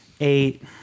Eight